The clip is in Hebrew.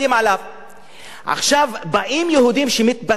עכשיו באים יהודים שרוצים להתפלל.